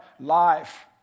life